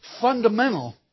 fundamental